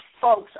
folks